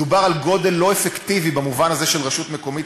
מדובר על גודל לא אפקטיבי במובן הזה של רשות מקומית,